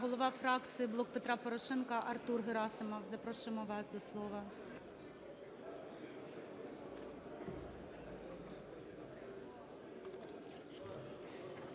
голова фракції "Блок Петра Порошенка" Артур Герасимов. Запрошуємо вас до слова.